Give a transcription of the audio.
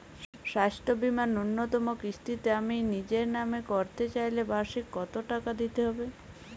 স্বাস্থ্য বীমার ন্যুনতম কিস্তিতে আমি নিজের নামে করতে চাইলে বার্ষিক কত টাকা দিতে হবে?